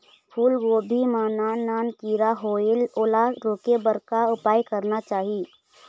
फूलगोभी मां नान नान किरा होयेल ओला रोके बर का उपाय करना चाही?